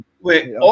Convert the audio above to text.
Wait